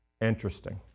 interesting